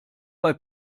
bei